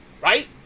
Right